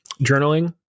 journaling